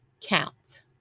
count